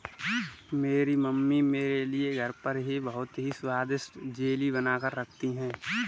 मेरी मम्मी मेरे लिए घर पर ही बहुत ही स्वादिष्ट जेली बनाकर रखती है